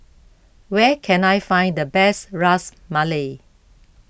where can I find the best Ras Malai